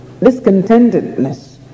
discontentedness